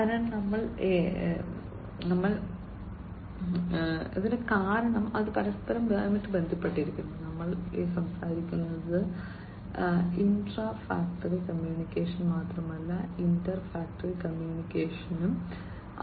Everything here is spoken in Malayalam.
അതിനാൽ ഞങ്ങൾ ഇവിടെയുണ്ട് കാരണം അത് പരസ്പരം ബന്ധപ്പെട്ടിരിക്കുന്നു നമ്മൾ സംസാരിക്കുന്നത് ഇൻട്രാ ഫാക്ടറി കമ്മ്യൂണിക്കേഷൻ മാത്രമല്ല ഇന്റർ ഫാക്ടറി കമ്മ്യൂണിക്കേഷനും ആണ്